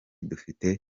dufite